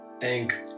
thank